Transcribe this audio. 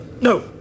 No